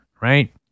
right